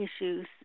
issues